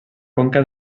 conca